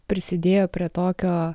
prisidėjo prie tokio